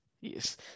yes